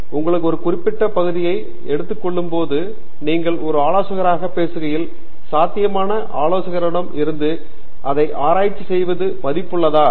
எனவே வழிகாட்டிகள் உங்களுக்கு ஒரு குறிப்பிட்ட பகுதியை எடுத்துக் கொள்ளும் போது நீங்கள் ஒரு ஆலோசகராக பேசுகையில் சாத்தியமான ஆலோசகரிடம் இருந்து அதை ஆராய்ச்சி செய்வது மதிப்புள்ளதா